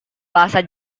bahasa